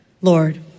Lord